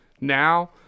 now